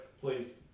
please